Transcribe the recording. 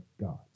gods